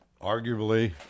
arguably